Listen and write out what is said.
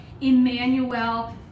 Emmanuel